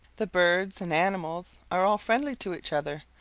the birds and animals are all friendly to each other,